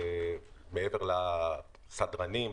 מעבר לסדרנים,